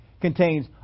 contains